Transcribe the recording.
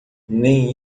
nem